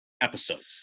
episodes